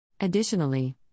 Additionally